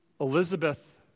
Elizabeth